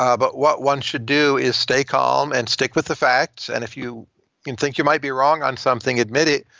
ah but one should do is stay calm and stick with the facts, and if you think you might be wrong on something, admit it.